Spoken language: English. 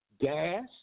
Gas